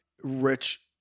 rich